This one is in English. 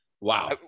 Wow